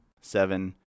seven